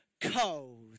cold